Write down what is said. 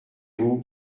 vous